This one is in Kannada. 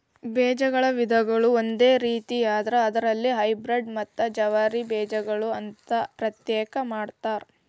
ಬೇಜಗಳ ವಿಧಗಳು ಒಂದು ರೇತಿಯಾದ್ರ ಅದರಲ್ಲಿ ಹೈಬ್ರೇಡ್ ಮತ್ತ ಜವಾರಿ ಬೇಜಗಳು ಅಂತಾ ಪ್ರತ್ಯೇಕ ಮಾಡತಾರ